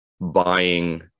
buying